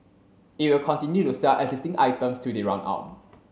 it will continue to sell existing items till they run out